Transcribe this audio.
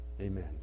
Amen